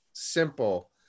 simple